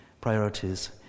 priorities